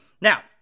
Now